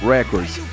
Records